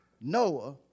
Noah